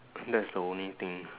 that's the only thing